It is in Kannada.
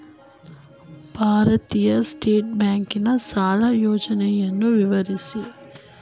ಭಾರತೀಯ ಸ್ಟೇಟ್ ಬ್ಯಾಂಕಿನ ಸಾಲ ಯೋಜನೆಯನ್ನು ವಿವರಿಸಿ?